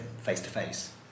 face-to-face